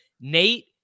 Nate